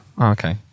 okay